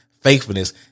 faithfulness